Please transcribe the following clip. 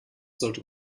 sollte